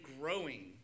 growing